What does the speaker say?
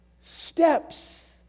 steps